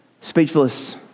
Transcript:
speechless